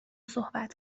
صحبت